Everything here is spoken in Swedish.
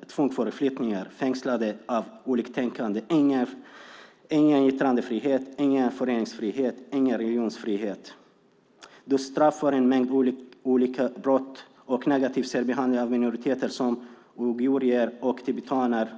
Det är tvångsförflyttningar, fängslande av oliktänkande, ingen yttrandefrihet, ingen föreningsfrihet, ingen religionsfrihet, dödsstraff för en mängd olika brott och negativ särbehandling av minoriteter som uigurer och tibetaner